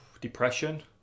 depression